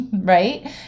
right